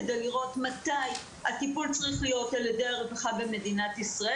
כדי לראות מתי הטיפול צריך להיות על-ידי הרווחה במדינת ישראל